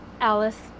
Alice